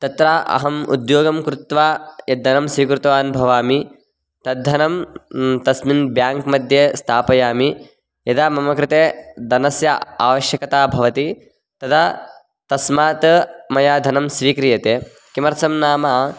तत्र अहम् उद्योगं कृत्वा यद्धनं स्वीकृतवान् भवामि तद्धनं तस्मिन् बेङ्क् मध्ये स्थापयामि यदा मम कृते धनस्य आवश्यकता भवति तदा तस्मात् मया धनं स्वीक्रियते किमर्थं नाम